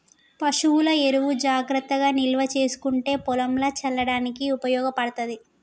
పశువుల ఎరువు జాగ్రత్తగా నిల్వ చేసుకుంటే పొలంల చల్లడానికి ఉపయోగపడ్తది